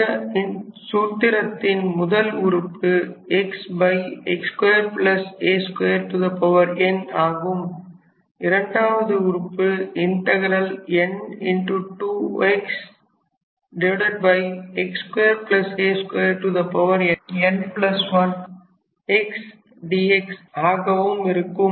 இந்த சூத்திரத்தின் முதல் உறுப்பு xx2 a 2 n ஆகவும் இரண்டாம் உறுப்பு n x2 a 2 n1 x dx ஆகவும் இருக்கும்